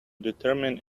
determine